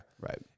right